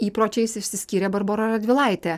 įpročiais išsiskyrė barbora radvilaitė